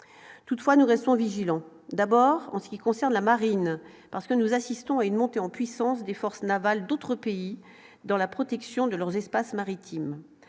toutefois nous restons vigilants, d'abord en ce qui concerne la marine parce que nous assistons à une montée en puissance des forces navales d'autres pays dans la protection de leurs espaces maritimes